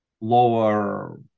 lower